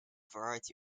variety